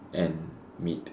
and meat